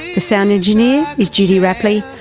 the sound engineer is judy rapley.